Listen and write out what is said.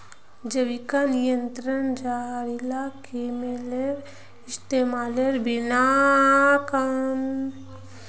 जैविक नियंत्रण जहरीला केमिकलेर इस्तमालेर बिना कुदरती तरीका स कीड़ार आबादी कंट्रोल करवार चीज छिके